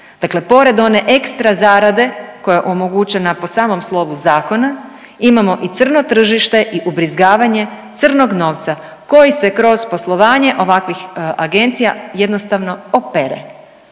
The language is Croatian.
Dakle pored one ekstra zarade koja je omogućena po samom slovu zakona imamo i crno tržište i ubrizgavanje crnog novca koji se kroz poslovanje ovakvih agencija jednostavno opere,